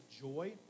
joy